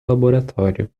laboratório